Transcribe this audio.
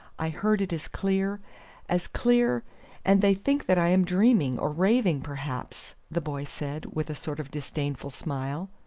i heard it as clear as clear and they think that i am dreaming, or raving perhaps, the boy said, with a sort of disdainful smile.